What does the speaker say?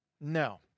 No